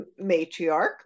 matriarch